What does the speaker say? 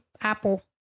apple